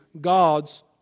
God's